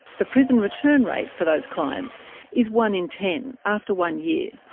the prison return rate for those clients is one in ten after one year,